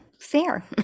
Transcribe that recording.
Fair